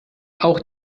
auch